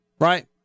right